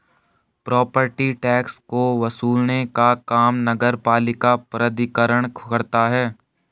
property tax को वसूलने का काम नगरपालिका प्राधिकरण करता है